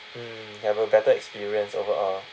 mm have a better experience overall